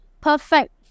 perfect